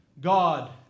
God